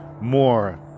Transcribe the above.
more